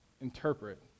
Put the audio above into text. interpret